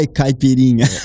caipirinha